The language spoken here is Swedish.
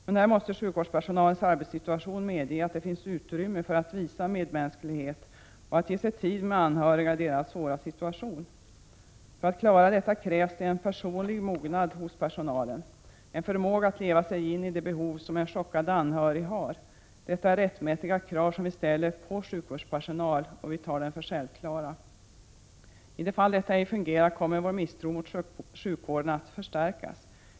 Men här måste sjukvårdspersonalens arbetssituation medge att det finns utrymme för att visa medmänsklighet och att ge sig tid med anhöriga i deras svåra situation. För att klara detta krävs det en personlig mognad hos personalen och en förmåga att leva sig in i de behov som en chockad anhörig har. Detta är rättmätiga krav som vi ställer på sjukvårdspersonal, och vi tar dem för självskrivna. I de fall detta ej fungerar kommer vår misstro mot sjukvården att förstärkas.